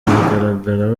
bagaragara